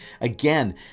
again